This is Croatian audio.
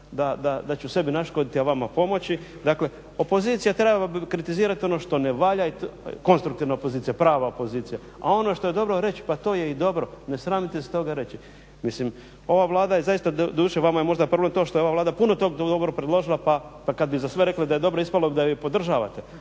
da ću sebi naškoditi a vama pomoći. Dakle opozicija trebala bi kritizirati ono što ne valja i konstruktivna opozicija, prava opozicija. A ono što je dobro reć, pa to je i dobro, ne sramite se toga reći. mislim ova Vlada je zaista doduše vama je možda problem to što je ova Vlada puno toga dobro predložila pa kad bi za sve rekli da je dobro ispalo, da je podržavate